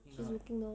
she's working now